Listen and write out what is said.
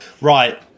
Right